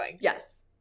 Yes